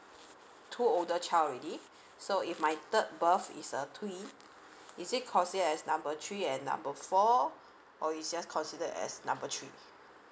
two older child already so if my third birth is a twin is it consider as number three and number four or is just consider as number three